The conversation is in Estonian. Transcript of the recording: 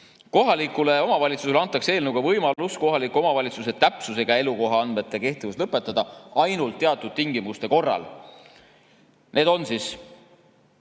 Kohalikule omavalitsusele antakse selle eelnõuga võimalus kohaliku omavalitsuse täpsusega elukoha andmete kehtivus lõpetada ainult teatud tingimuste korral. Need on,